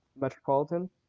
Metropolitan